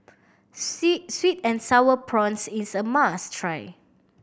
see sweet and Sour Prawns is a must try